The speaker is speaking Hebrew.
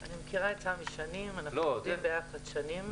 אני מכירה את סמי שנים, אנחנו עובדים ביחד שנים.